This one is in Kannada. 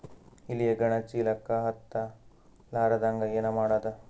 ಇಲಿ ಹೆಗ್ಗಣ ಚೀಲಕ್ಕ ಹತ್ತ ಲಾರದಂಗ ಏನ ಮಾಡದ?